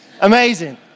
Amazing